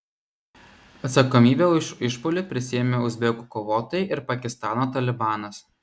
atsakomybę už išpuolį prisiėmė uzbekų kovotojai ir pakistano talibanas